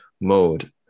mode